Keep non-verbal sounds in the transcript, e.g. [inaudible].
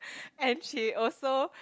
[breath] and she also